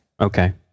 Okay